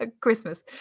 Christmas